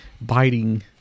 biting